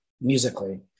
musically